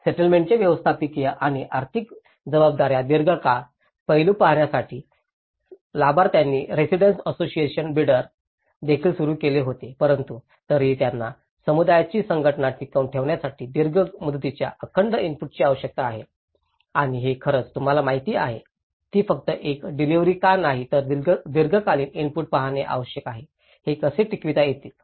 सेटलमेंटच्या व्यवस्थापकीय आणि आर्थिक जबाबदाऱ्या दीर्घकाळ पैलू पाहण्यासाठी लाभार्थ्यांनी रेसिडेन्ट असोसिएशन बीडर देखील सुरू केले होते परंतु तरीही त्यांना समुदायाची संघटना टिकवून ठेवण्यासाठी दीर्घ मुदतीच्या अखंड इनपुटची आवश्यकता आहे आणि हे खरंच तुम्हाला माहिती आहे ती फक्त एक डिलिव्हरी का नाही तर दीर्घकालीन इनपुट पाहणे आवश्यक आहे हे कसे टिकवता येईल